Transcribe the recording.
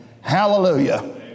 Hallelujah